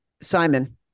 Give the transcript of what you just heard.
Simon